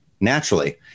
naturally